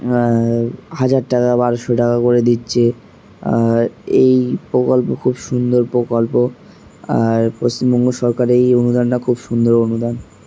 হাজার টাকা বারোশো টাকা করে দিচ্ছে আর এই প্রকল্প খুব সুন্দর প্রকল্প আর পশ্চিমবঙ্গ সরকারের এই অনুদানটা খুব সুন্দর অনুদান